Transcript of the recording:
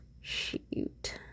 Shoot